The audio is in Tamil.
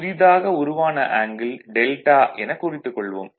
புதிதாக உருவான ஆங்கிள் δ என குறித்துக் கொள்வோம்